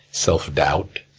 self doubt,